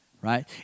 right